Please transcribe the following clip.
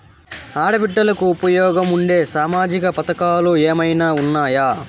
ఆడ బిడ్డలకు ఉపయోగం ఉండే సామాజిక పథకాలు ఏమైనా ఉన్నాయా?